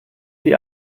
die